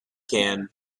can